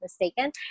mistaken